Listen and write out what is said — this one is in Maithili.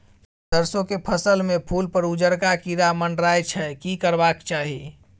सरसो के फसल में फूल पर उजरका कीरा मंडराय छै की करबाक चाही?